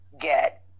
get